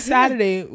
Saturday